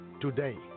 today